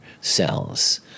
cells